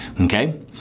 okay